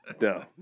No